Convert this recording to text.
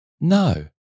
no